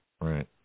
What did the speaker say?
Right